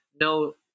no